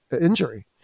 injury